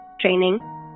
training